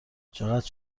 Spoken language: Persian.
چقدر